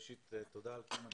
ראשית, תודה על קיום הדיון.